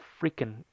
freaking